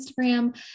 Instagram